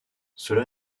cela